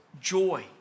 joy